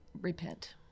repent